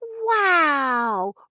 Wow